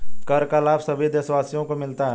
कर का लाभ सभी देशवासियों को मिलता है